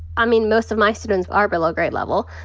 i mean, most of my students are below grade level.